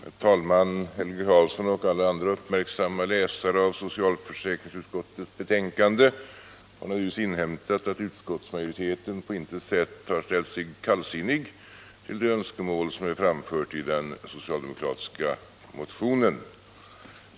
Herr talman! Helge Karlsson och alla andra uppmärksamma läsare av socialförsäkringsutskottets betänkande har naturligtvis inhämtat att utskottsmajoriteten på intet sätt har ställt sig kallsinnig till de önskemål som framförts i den socialdemokratiska motionen.